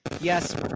Yes